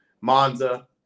monza